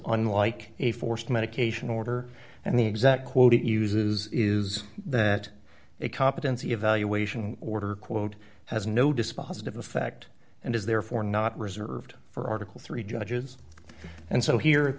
unlike a forced medication order and the exact quote it uses is that a competency evaluation order quote has no dispositive effect and is therefore not reserved for article three judges and so here